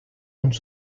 und